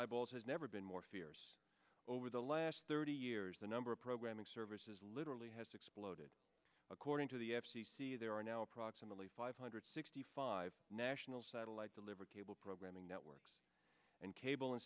eyeballs has never been more fierce over the last thirty years the number of programming services literally has exploded according to the f c c there are now approximately five hundred sixty five national satellite delivered cable programming networks and cable and